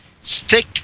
stick